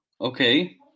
Okay